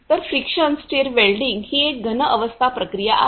तर friction stir welding ही एक घन अवस्था प्रक्रिया आहे